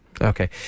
Okay